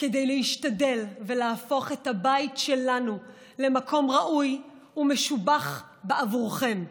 כדי להשתדל ולהפוך את הבית שלנו למקום ראוי ומשובח בעבורכם,